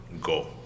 go